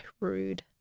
rude